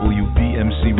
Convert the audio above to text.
wbmc